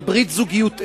אבל ברית זוגיות אין,